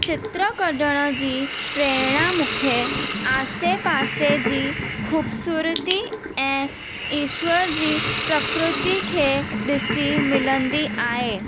चित्र कढण जी प्रेरणा मूंखे आसे पासे जी ख़ूबसूरती ऐं ईश्वर जी प्रकृती खे ॾिसी मिलंदी आहे